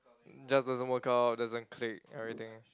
just doesn't work out doesn't click everything